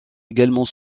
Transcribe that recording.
également